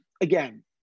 again